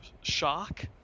shock